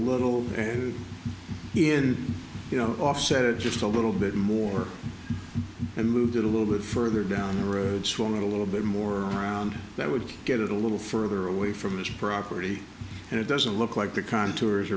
little bit in you know offset or just a little bit more and moved a little bit further down the road swung a little bit more around that would get a little further away from this property and it doesn't look like the contours